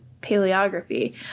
paleography